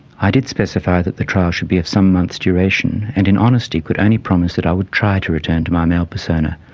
i did specify that the trial should be of some months duration, and in honesty could only promise that i would try to return to my male persona,